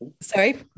Sorry